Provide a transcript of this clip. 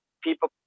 people